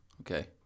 Okay